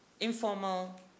informal